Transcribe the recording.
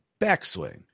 backswing